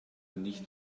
nicht